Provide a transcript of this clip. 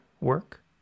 work